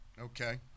Okay